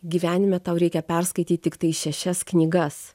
gyvenime tau reikia perskaityt tiktai šešias knygas